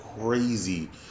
crazy